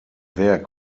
werk